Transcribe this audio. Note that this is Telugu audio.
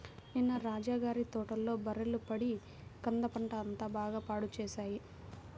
నిన్న రాజా గారి తోటలో బర్రెలు పడి కంద పంట అంతా బాగా పాడు చేశాయి